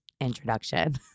introduction